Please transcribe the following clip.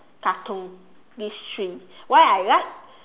cartoon these three why I like